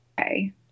Okay